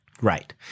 right